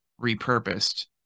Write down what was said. repurposed